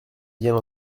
bien